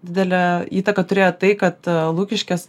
didelę įtaką turėjo tai kad lukiškės